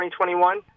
2021